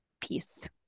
peace